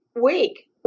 week